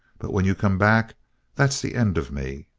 but when you come back that's the end of me!